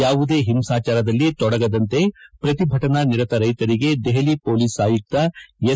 ಯಾವುದೇ ಹಿಂಸಾಚಾರದಲ್ಲಿ ತೊಡಗದಂತೆ ಪ್ರತಿಭಟನಾ ನಿರತ ರೈತರಿಗೆ ದೆಹಲಿ ಪೊಲೀಸ್ ಆಯುಕ್ತ ಎಸ್